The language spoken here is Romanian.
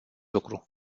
lucru